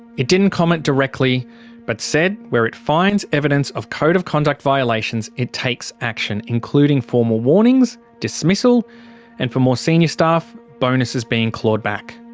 it didn't comment directly but said where it finds evidence of code-of-conduct violations it takes action including formal warnings, dismissal and, for more senior staff, bonuses being clawed back.